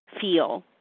feel